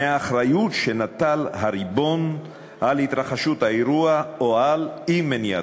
מהאחריות שנטל הריבון להתרחשות האירוע או לאי-מניעתו.